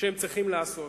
שהם צריכים לעשות.